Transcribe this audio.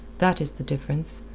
that is the difference.